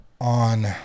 on